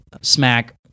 smack